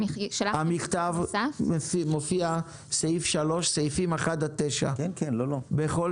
במכתב מופיעים בסעיף 3 סעיפי משנה 1 9. בכל